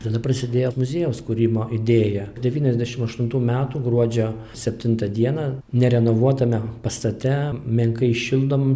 tada prasidėjo muziejaus kūrimo idėja devyniasdešim aštuntų metų gruodžio septintą dieną nerenovuotame pastate menkai šildomam